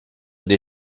dei